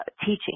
teaching